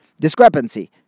discrepancy